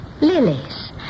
Lilies